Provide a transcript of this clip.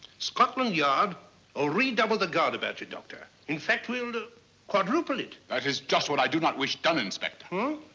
scotland yard will redouble the guard about you, doctor. in fact we'll and ah quadruple it. that is just what i do not wish done, inspector. huh?